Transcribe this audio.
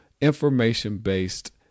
information-based